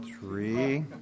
Three